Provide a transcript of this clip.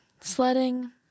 Sledding